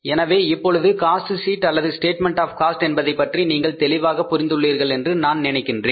எனவே இப்பொழுது cost sheet அல்லது ஸ்டேட்மெண்ட் ஆப் காஸ்ட் என்பதைப் பற்றி நீங்கள் தெளிவாக புரிந்துள்ளீர்கள் என்று நான் நினைக்கின்றேன்